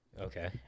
okay